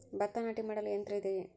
ಭತ್ತ ನಾಟಿ ಮಾಡಲು ಯಂತ್ರ ಇದೆಯೇ?